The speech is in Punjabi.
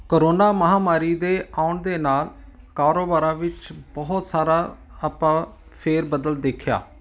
ਕਰੋਨਾ ਮਹਾਂਮਾਰੀ ਦੇ ਆਉਣ ਦੇ ਨਾਲ ਕਾਰੋਬਾਰਾਂ ਵਿੱਚ ਬਹੁਤ ਸਾਰਾ ਆਪਾਂ ਫੇਰ ਬਦਲ ਦੇਖਿਆ